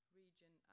region